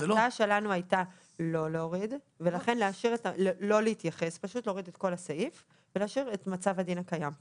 ההצעה שלנו הייתה להוריד את כל הסעיף ולהשאיר את מצב הדין הקיים כיום.